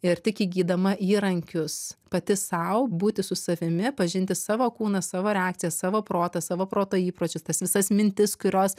ir tik įgydama įrankius pati sau būti su savimi pažinti savo kūną savo reakcijas savo protą savo proto įpročius tas visas mintis kurios